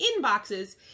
inboxes